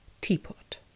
Teapot